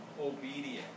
obedient